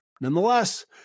Nonetheless